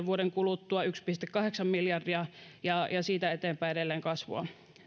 vuoden kuluttua yksi pilkku kahdeksan miljardia ja siitä eteenpäin edelleen kasvua